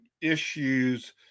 issues